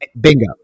Bingo